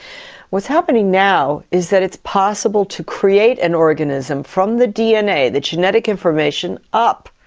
what's happening now is that it's possible to create an organism from the dna, the genetic information, up.